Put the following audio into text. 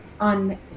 On